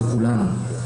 זה כולנו.